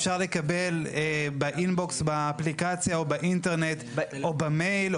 אפשר לקבל באינבוקס באפליקציה או באינטרנט או במייל.